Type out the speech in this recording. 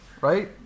right